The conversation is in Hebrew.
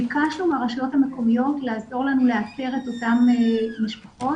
ביקשנו מהרשויות המקומיות לעזור לנו לאתר את אותן משפחות